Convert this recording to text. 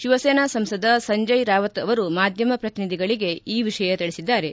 ಶಿವಸೇನಾ ಸಂಸದ ಸಂಜಯ್ ರಾವತ್ ಅವರು ಮಾಧ್ಯಮ ಪ್ರತಿನಿಧಿಗಳಿಗೆ ಈ ವಿಷಯ ತಿಳಿಸಿದ್ದಾರೆ